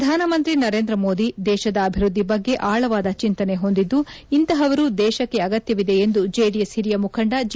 ಪ್ರಧಾನಮಂತ್ರಿ ನರೇಂದ್ರ ಮೋದಿ ದೇಶದ ಅಭಿವೃದ್ದಿ ಬಗ್ಗೆ ಆಳವಾದ ಚೆಂತನೆ ಹೊಂದಿದ್ದು ಇಂತಹವರು ದೇಶಕ್ಕೆ ಅಗತ್ಯವಿದೆ ಎಂದು ಜೆಡಿಎಸ್ ಹಿರಿಯ ಮುಖಂಡ ಜಿ